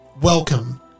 Welcome